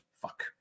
fuck